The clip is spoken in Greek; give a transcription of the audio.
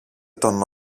τον